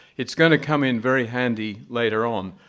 it's gonna come in very handy later on.